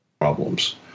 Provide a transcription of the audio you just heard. problems